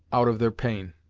out of their pain.